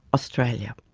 australia.